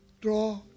Draw